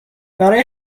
برای